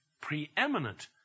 preeminent